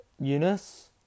Eunice